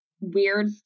weird